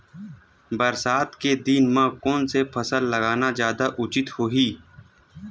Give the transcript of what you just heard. बरसात के दिन म कोन से फसल लगाना जादा उचित होही?